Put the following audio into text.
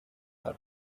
her